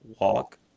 walk